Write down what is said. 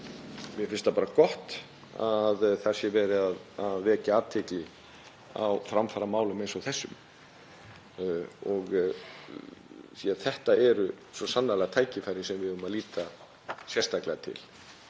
Mér finnst það bara gott að verið sé að vekja athygli á framfaramálum eins og þessum. Þetta eru svo sannarlega tækifæri sem við eigum að líta sérstaklega til.